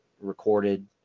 recorded